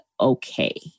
okay